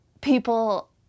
people